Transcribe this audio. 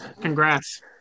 congrats